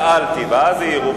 לא, לא, אני שאלתי, ואז העירו.